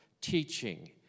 teaching